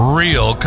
real